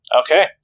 Okay